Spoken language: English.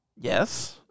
Yes